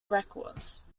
records